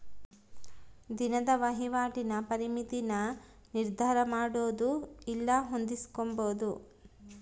ದಿನದ ವಹಿವಾಟಿನ ಪರಿಮಿತಿನ ನಿರ್ಧರಮಾಡೊದು ಇಲ್ಲ ಹೊಂದಿಸ್ಕೊಂಬದು